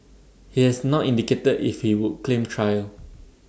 he has not indicated if he would claim trial